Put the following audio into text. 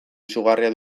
izugarria